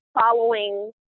following